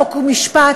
חוק ומשפט,